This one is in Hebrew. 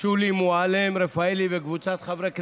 שולי מועלם-רפאלי וקבוצת חברי הכנסת.